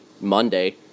Monday